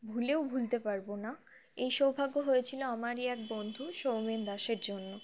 ভুলেও ভুলতে পারব না এই সৌভাগ্য হয়েছিল আমারই এক বন্ধু সৌমেন দাসের জন্য